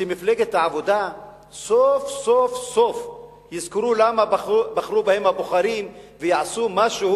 שבמפלגת העבודה סוף-סוף-סוף יזכרו למה בחרו בהם הבוחרים ויעשו משהו